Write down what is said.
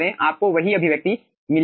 आपको वही अभिव्यक्ति मिलेगी